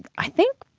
i think,